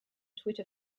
twitter